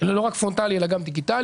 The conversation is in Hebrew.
לא רק פרונטלי אלא גם דיגיטלי.